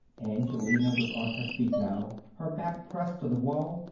angelina was on her feet now, her back pressed to the wall.